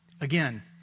Again